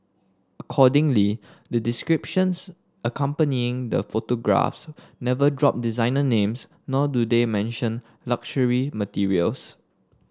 accordingly the descriptions accompanying the photographs never drop designer names nor do they mention luxury materials